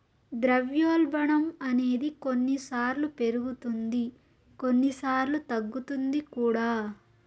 ద్రవ్యోల్బణం అనేది కొన్నిసార్లు పెరుగుతుంది కొన్నిసార్లు తగ్గుతుంది కూడా